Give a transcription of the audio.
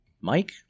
Mike